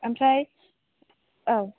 ओमफ्राय औ